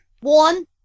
one